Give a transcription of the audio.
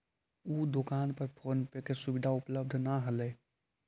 उ दोकान पर फोन पे के सुविधा उपलब्ध न हलई